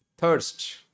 Thirst